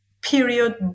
period